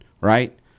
right